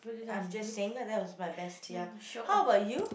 I'm just saying lah that was my best ya how about you